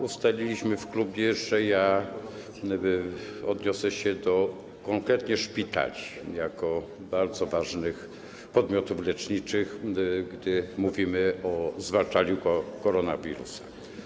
Ustaliliśmy w klubie, że odniosę się konkretnie do szpitali jako bardzo ważnych podmiotów leczniczych, gdy mówimy o zwalczaniu koronawirusa.